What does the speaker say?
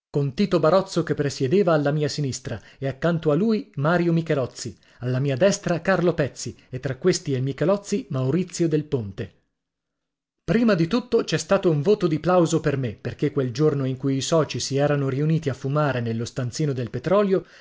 con tito barozzo che presiedeva alla mia sinistra e accanto i lui mario michelozzi alla mia destra carlo pezzi e tra questi e il michelozzi maurizio del ponte prima di tutto c'è stato un voto di plauso per me perché quel giorno in cui i soci si erano riuniti a fumare nello stanzino del petrolio